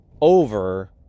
over